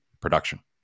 production